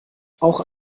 auch